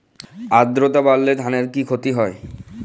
আদ্রর্তা বাড়লে ধানের কি ক্ষতি হয়?